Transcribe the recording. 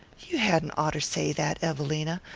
you hadn't oughter say that, evelina.